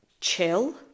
chill